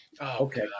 okay